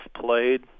played